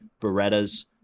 Berettas